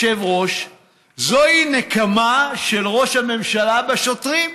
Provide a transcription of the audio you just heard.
זוהי נקמה של ראש הממשלה בשוטרים,